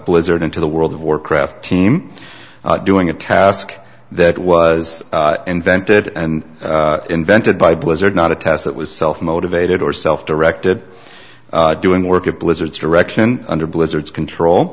blizzard into the world of warcraft team doing a task that was invented and invented by blizzard not a test that was self motivated or self directed doing work at blizzard's direction under blizzard's control